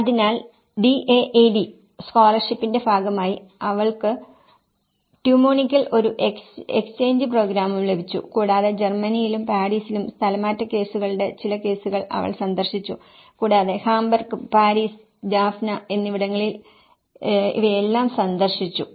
അതിനാൽ DAAD സ്കോളർഷിപ്പിന്റെ ഭാഗമായി അവൾക്ക് ടു മ്യൂണിക്കിൽ ഒരു എക്സ്ചേഞ്ച് പ്രോഗ്രാമും ലഭിച്ചു കൂടാതെ ജർമ്മനിയിലും പാരീസിലും സ്ഥലംമാറ്റ കേസുകളുടെ ചില കേസുകൾ അവൾ സന്ദർശിച്ചു കൂടാതെ ഹാംബർഗ് പാരീസ് ജാഫ്ന എന്നിവിടങ്ങളിൽ ഇവയെല്ലാം സന്ദർശിച്ചു